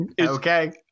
Okay